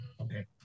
Okay